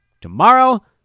Tomorrow